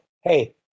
hey